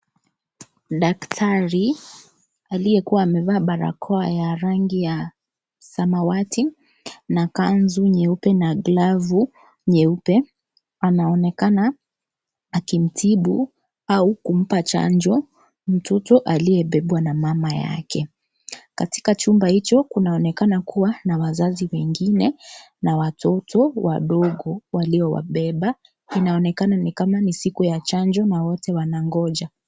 Daktari ,aliyekuwa amevaa barakoa ya rangi ya samawati na kanzu nyeupe na glavu nyeupe, anaonekana akimtibu au kumpa chanjo mtoto aliyebebwa na mama yake. Katika chumba hicho, kunaonekana kuwa na wazazi wengine na watoto wadogo waliowabeba. Inaonekana ni kama ni siku ya chanjo na wote wanangoja.